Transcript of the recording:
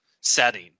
setting